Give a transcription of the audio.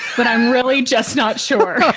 but i'm really just not sure.